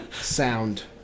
sound